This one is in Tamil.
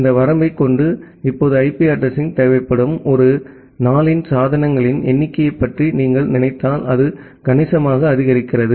இந்த வரம்பைக் கொண்டு இப்போது ஐபி அட்ரஸிங் தேவைப்படும் ஒரு நாளின் சாதனங்களின் எண்ணிக்கையைப் பற்றி நீங்கள் நினைத்தால் அது கணிசமாக அதிகரிக்கிறது